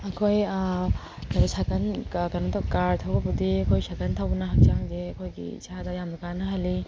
ꯑꯩꯈꯣꯏ ꯁꯥꯏꯀꯜ ꯀꯩꯅꯣ ꯀꯥꯔ ꯊꯧꯕꯕꯨꯗꯤ ꯑꯩꯈꯣꯏ ꯁꯥꯏꯀꯜ ꯊꯧꯕꯅ ꯍꯛꯆꯥꯡꯁꯦ ꯑꯩꯈꯣꯏꯒꯤ ꯏꯁꯥꯗ ꯌꯥꯝꯅ ꯀꯥꯟꯅꯍꯜꯂꯤ